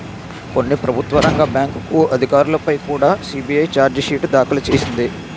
కొన్ని ప్రభుత్వ రంగ బ్యాంకు అధికారులపై కుడా సి.బి.ఐ చార్జి షీటు దాఖలు చేసింది